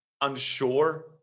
unsure